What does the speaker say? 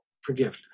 forgiveness